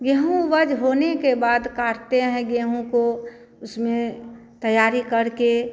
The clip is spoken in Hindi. गेहूँ उपज होने के बाद काटते हैं गेहूँ को उसमें तैयारी करके